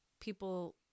people